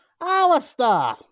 Alistair